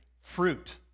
Fruit